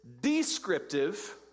descriptive